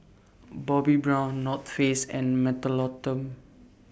Bobbi Brown North Face and Mentholatum